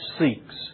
seeks